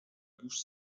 bouche